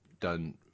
done